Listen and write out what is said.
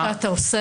--- שאתה עושה,